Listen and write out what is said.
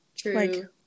True